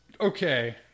okay